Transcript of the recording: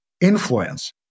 influence